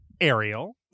Ariel